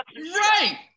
Right